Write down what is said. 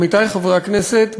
עמיתי חברי הכנסת,